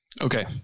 Okay